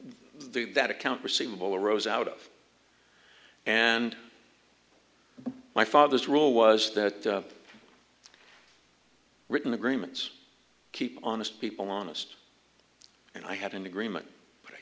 that account receivable arose out of and my father's rule was that written agreements keep honest people honest and i had an agreement but i